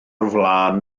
flaen